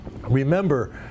Remember